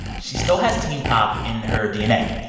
she still has teen pop in her dna.